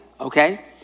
okay